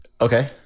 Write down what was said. Okay